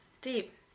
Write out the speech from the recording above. Deep